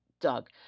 Doug